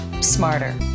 smarter